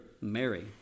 Mary